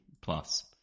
plus